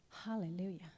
Hallelujah